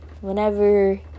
Whenever